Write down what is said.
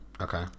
Okay